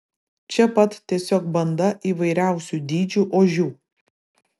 čia pat tiesiog banda įvairiausių dydžių ožių